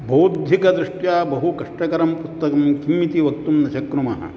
बौद्धिकदृष्ट्या बहुकष्टकरं पुस्तकं किम् इति वक्तुं न शक्नुमः